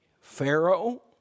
Pharaoh